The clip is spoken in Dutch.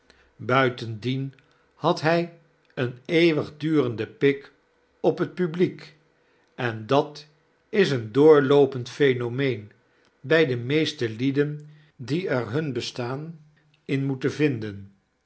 buitendien had hjj een eeuwigdurende pik op het publiek en dat is een doorloopend ehenomeen by de aeeste lieden die er hun estaan in moeten vinden